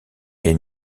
est